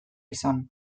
izan